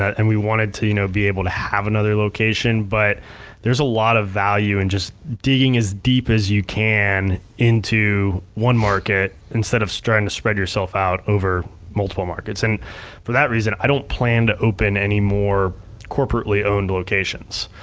and we wanted to you know be able to have another location, but there's a lot of value in just digging as deep as you can into one market, instead of so trying to spread yourself out over multiple markets, and for that reason, i don't plan to open anymore corporately owned locations.